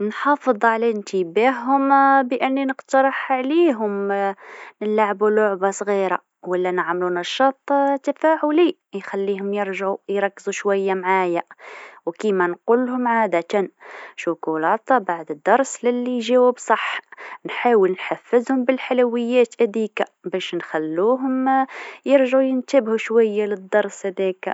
نحافظ على انتباههم بأن نقترح عليهم نلعبو لعبه صغيره ولا نعملو نشاط تفاعلي يخليهم يرجعو يركزو شويه معايا وديما نقلهم عادة شكلاطه بعد الدرس للي يجاوب صح، نحاول نحفزهم بالحلويات هذيكا باش نخلوهم يرجعو ينتبهو شويه للدرس هذاكا.